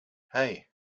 hey